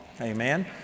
Amen